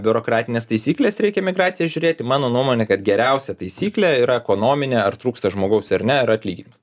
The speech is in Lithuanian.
biurokratines taisykles reikia migraciją žiūrėti mano nuomonė kad geriausia taisyklė yra ekonominė ar trūksta žmogaus ar ne ir atlyginimas